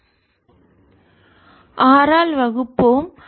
I2 602110R V1RI2 60R2110R R ஆல் வகுப்போம்